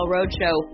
Roadshow